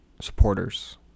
supporters